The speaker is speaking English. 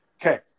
Okay